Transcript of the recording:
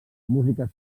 música